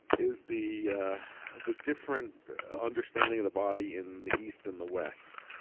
is the the different understanding of the body in the east and the west,